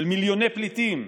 של מיליוני פליטים,